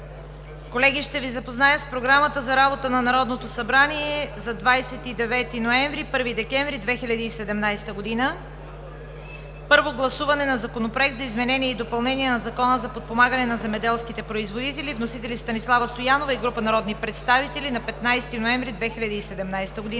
Колеги, ще Ви запозная с Програмата за работа на Народното събрание за периода 29 ноември 2017 г. – 1 декември 2017 г.: 1. Първо гласуване на Законопроекта за изменение и допълнение на Закона за подпомагане на земеделските производители. Вносители: Станислава Стоянова и група народни представители на 15 ноември 2017 г.